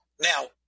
Now